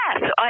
Yes